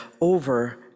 over